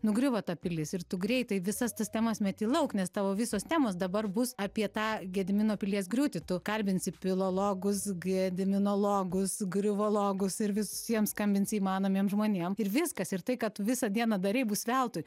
nugriuvo ta pilis ir tu greitai visas tas temas meti lauk nes tavo visos temos dabar bus apie tą gedimino pilies griūtį tu kalbinsi pilologus gediminologus griuvologus ir visiems skambinsi įmanomiem žmonėm ir viskas ir tai ką tu visą dieną darei bus veltui